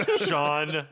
Sean